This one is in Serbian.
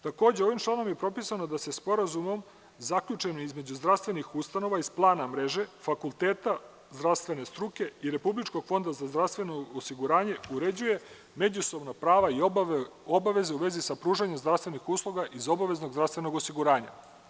Takođe, ovim članom je propisano da se sporazumom zaključenim između zdravstvenih ustanova iz plana mreže fakulteta zdravstvene struke i RFZO uređuju međusobna prava i obaveze u vezi sa pružanjem zdravstvenih usluga iz obaveza zdravstvenog osiguranja.